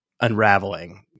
unraveling